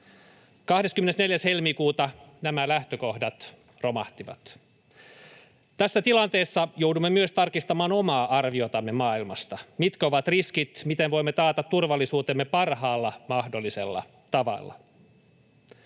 24. helmikuuta nämä lähtökohdat romahtivat. Tässä tilanteessa, joudumme myös tarkistamaan omaa arviotamme maailmasta. Mitkä ovat riskit? Miten voimme taata turvallisuutemme parhaalla mahdollisella tavalla?